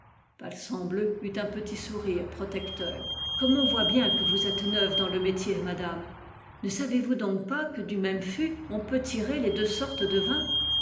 a manqué palsambleu eut un petit sourire protecteur a comme on voit bien que vous êtes neuve dans le métier madame ne savez-vous donc pas que du même fût on peut tirer les deux sortes devins